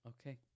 Okay